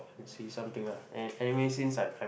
see something ah anyway since I I I